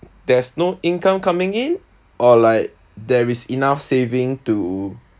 there's no income coming in or like there is enough saving to